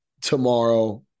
tomorrow